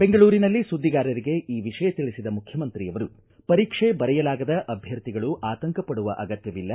ಬೆಂಗಳೂರಿನಲ್ಲಿ ಸುದ್ದಿಗಾರರಿಗೆ ಈ ವಿಷಯ ತಿಳಿಸಿದ ಮುಖ್ಯಮಂತ್ರಿಯವರು ಪರೀಕ್ಷೆ ಬರೆಯಲಾಗದ ಅಭ್ಯರ್ಥಿಗಳು ಆತಂಕ ಪಡುವ ಅಗತ್ತವಿಲ್ಲ